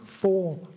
four